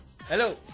Hello